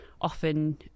often